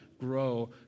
Grow